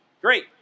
great